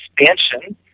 expansion